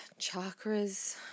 chakras